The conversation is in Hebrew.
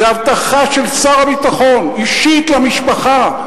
זה הבטחה של שר הביטחון, אישית למשפחה.